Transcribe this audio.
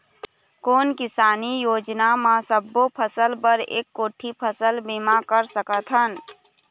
कोन किसानी योजना म सबों फ़सल बर एक कोठी फ़सल बीमा कर सकथन?